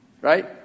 right